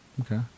okay